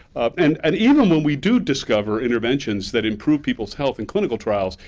and and even when we do discover interventions that improve people's health in clinical trials,